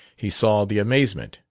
he saw the amazement,